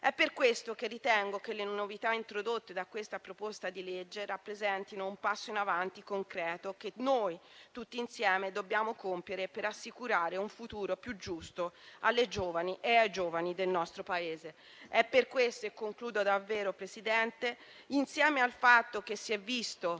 È per questo che ritengo che le novità introdotte da questa proposta di legge rappresentino un passo in avanti concreto che noi, tutti insieme, dobbiamo compiere per assicurare un futuro più giusto alle giovani e ai giovani del nostro Paese. È per queste ragioni e per il fatto che si è visto